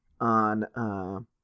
on –